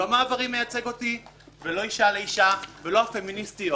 לא "מעברים" מייצג אותי ולא "אישה לאישה" ולא הפמיניסטיות.